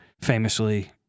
famously